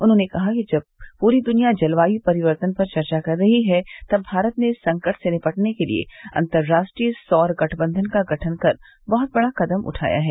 उन्होंने कहा कि जब पूरी द्वनिया जलवायु परिवर्तन पर चर्चा कर रही है तब भारत ने इस संकट से निपटने के लिए अंतर्राष्ट्रीय सौर गठबंधन का गठन कर बहुत बड़ा कदम उठाया है